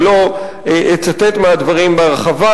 ואני לא אצטט מהדברים בהרחבה.